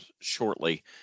shortly